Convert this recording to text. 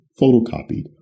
photocopied